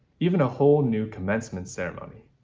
even a whole new commencement ceremony.